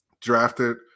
drafted